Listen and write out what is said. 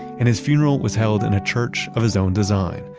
and his funeral was held in a church of his own design,